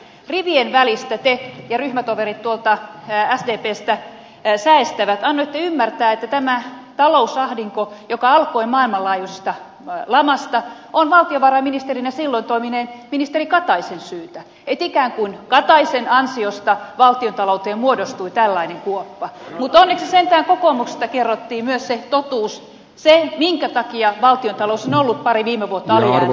rivien välistä te ja ryhmätoverit tuolta sdpstä säestävät annoitte ymmärtää että tämä talousahdinko joka alkoi maailmanlaajuisesta lamasta on valtiovarainministerinä silloin toimineen ministeri kataisen syytä että ikään kuin kataisen ansiosta valtiontalouteen muodostui tällainen kuoppa mutta onneksi sentään kokoomuksesta kerrottiin myös se totuus se minkä takia valtiontalous on ollut pari viime vuotta alijäämäinen